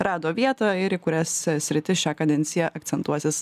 rado vietą ir į kurias sritis šią kadenciją akcentuosis